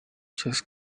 just